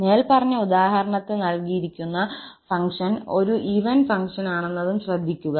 മേൽപ്പറഞ്ഞ ഉദാഹരണത്തിൽ നൽകിയിരിക്കുന്ന ഫംഗ്ഷൻ ഒരു ഈവൻ ഫംഗ്ഷനാണെന്നതും ശ്രദ്ധിക്കുക